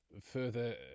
further